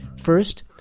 First